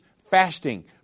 fasting